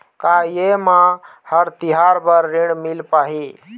का ये म हर तिहार बर ऋण मिल पाही?